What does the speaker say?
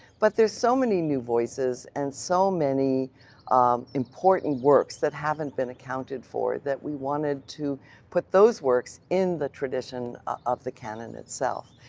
but there's so many new voices and so many important works works that haven't been accounted for that we wanted to put those works in the tradition of the canon itself.